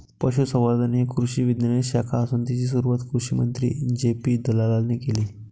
पशुसंवर्धन ही कृषी विज्ञानाची शाखा असून तिची सुरुवात कृषिमंत्री जे.पी दलालाने केले